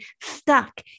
stuck